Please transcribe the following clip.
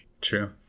True